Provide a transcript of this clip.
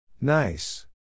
Nice